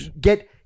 get